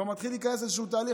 ומתחילים כבר להיכנס לאיזשהו תהליך,